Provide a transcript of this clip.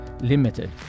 limited